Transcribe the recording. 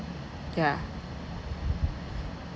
yeah